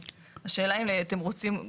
אז השאלה אם אתם רוצים?